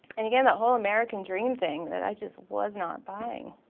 and again that whole american dream thing that i just was not buying.